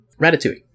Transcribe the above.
Ratatouille